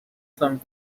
some